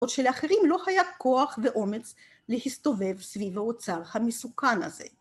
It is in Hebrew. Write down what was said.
עוד שלאחרים לא היה כוח ואומץ להסתובב סביב האוצר המסוכן הזה.